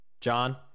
John